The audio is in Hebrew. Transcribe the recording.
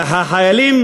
החיילים